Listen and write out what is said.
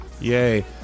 yay